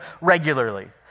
regularly